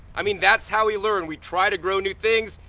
i mean, that's how we learn we try to grow new things.